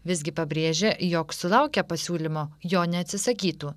visgi pabrėžia jog sulaukę pasiūlymo jo neatsisakytų